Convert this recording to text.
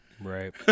Right